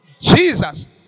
Jesus